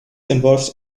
involves